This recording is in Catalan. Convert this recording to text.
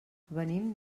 venim